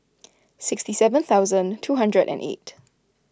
sixty seven thousand two hundred and eight